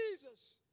Jesus